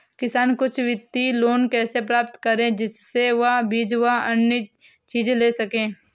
किसान कुछ वित्तीय लोन कैसे प्राप्त करें जिससे वह बीज व अन्य चीज ले सके?